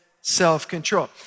self-control